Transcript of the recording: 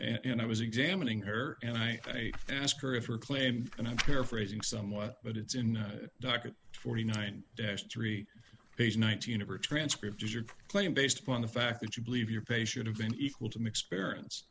and i was examining her and i asked her if her claim and i'm paraphrasing somewhat but it's in docket forty nine dash three page nineteen of her transcript is your claim based upon the fact that you believe your face should have been equal to mix parents